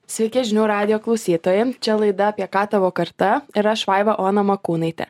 sveiki žinių radijo klausytojam čia laida apie ką tavo karta ir aš vaiva ona makūnaitė